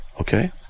Okay